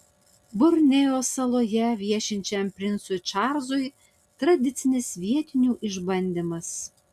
borneo saloje viešinčiam princui čarlzui tradicinis vietinių išbandymas